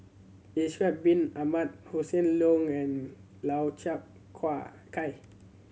Ishak Bin Ahmad Hossan Leong and Lau Chiap Khai